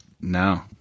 No